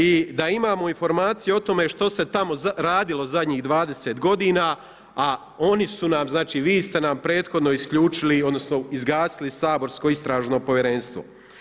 I da imamo informacije o tome što se tamo radilo zadnjih 20 godina, a oni su nam, znači vi ste nam prethodno isključili, odnosno izgasili saborsko Istražno povjerenstvo.